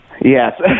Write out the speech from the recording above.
Yes